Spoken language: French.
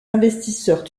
investisseurs